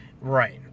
Right